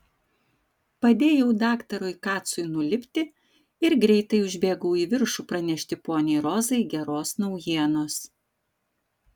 padėjau daktarui kacui nulipti ir greitai užbėgau į viršų pranešti poniai rozai geros naujienos